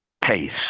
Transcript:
pace